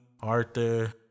Arthur